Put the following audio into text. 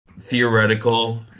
theoretical